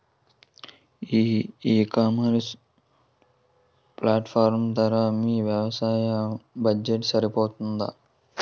ఈ ecommerce platform ధర మీ వ్యవసాయ బడ్జెట్ సరిపోతుందా?